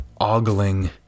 ogling